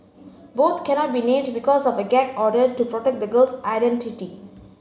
both cannot be named because of a gag order to protect the girl's identity